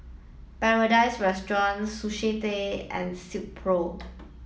Paradise Restaurant Sushi Tei and Silkpro